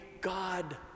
God